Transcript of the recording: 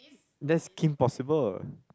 that's Kim Possible